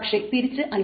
പക്ഷേ തിരിച്ച് അല്ല